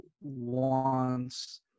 wants